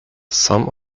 some